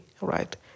right